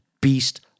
beast